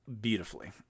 beautifully